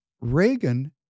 Reagan